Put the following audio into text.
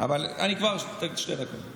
אני אזכיר לך איפה